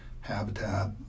habitat